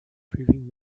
proving